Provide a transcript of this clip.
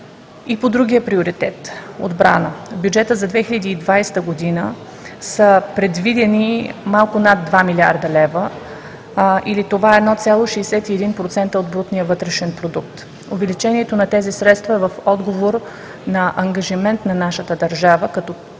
По другия приоритет – отбрана, в бюджета за 2020 г. са предвидени малко над 2 млрд. лв., или това е 1,61% от брутния вътрешен продукт. Увеличението на тези средства е в отговор на ангажимент на нашата държава като член на